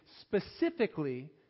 specifically